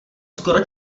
skoro